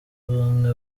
bamwe